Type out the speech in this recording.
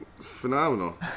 Phenomenal